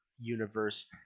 universe